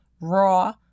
raw